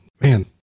man